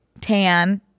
tan